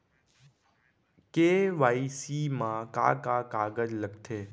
KYC मा का का कागज लगथे?